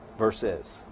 verses